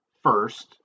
first